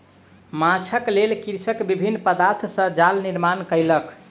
माँछक लेल कृषक विभिन्न पदार्थ सॅ जाल निर्माण कयलक